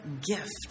gift